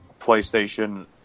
PlayStation